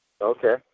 Okay